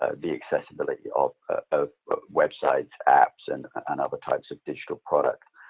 ah the accessibility of of websites, apps, and and other types of digital products.